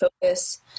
focus